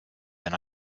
than